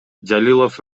жалилов